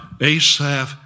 Asaph